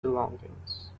belongings